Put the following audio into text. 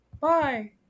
Bye